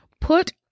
Put